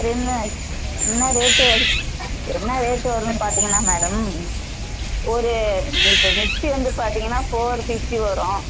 என்ன என்ன ரேட்டு வரும் என்ன ரேட்டு வரும்னு பார்த்திங்கன்னா மேடம் ஒரு இப்போ மிக்ஸி வந்து பார்த்திங்கன்னா ஃபோர் ஃபிஃப்டி வரும்